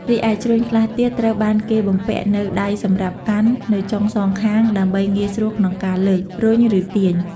រីឯ ជ្រញ់ខ្លះទៀតត្រូវបានគេបំពាក់នូវ ដៃសម្រាប់កាន់ នៅចុងសងខាង ដើម្បីងាយស្រួលក្នុងការលើក រុញ ឬទាញ។